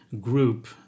group